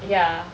ya